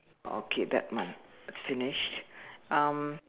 okay that one finished um